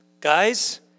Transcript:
Guys